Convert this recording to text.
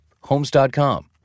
Homes.com